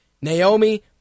Naomi